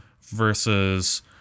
versus